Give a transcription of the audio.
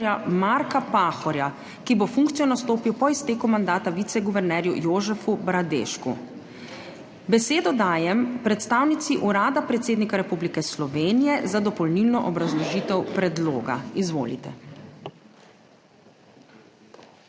Marka Pahorja, ki bo funkcijo nastopil po izteku mandata viceguvernerju Jožefu Bradešku. Besedo dajem predstavnici Urada predsednika Republike Slovenije za dopolnilno obrazložitev predloga. Izvolite.